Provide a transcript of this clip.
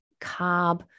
carb